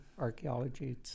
archaeology